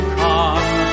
come